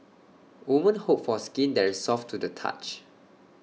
women hope for skin that is soft to the touch